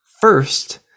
First